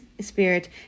Spirit